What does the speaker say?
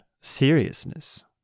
seriousness